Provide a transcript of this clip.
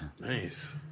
nice